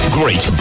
great